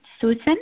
Susan